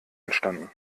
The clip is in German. entstanden